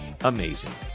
amazing